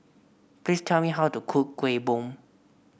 please tell me how to cook Kueh Bom